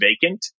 vacant